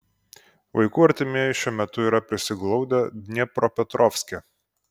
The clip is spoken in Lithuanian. vaikų artimieji šiuo metu yra prisiglaudę dniepropetrovske